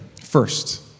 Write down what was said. First